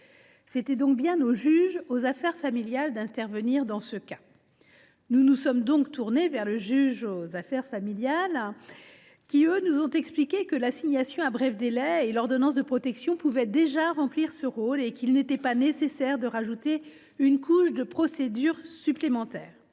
C’était donc bien au juge aux affaires familiales d’intervenir dans ce cas. Nous nous sommes donc tournés vers ces juges qui, eux, nous ont expliqué que l’assignation à bref délai et l’ordonnance de protection pouvaient déjà servir à cela et qu’il n’était pas nécessaire d’ajouter une couche de procédure supplémentaire.